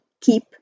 keep